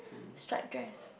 striped dress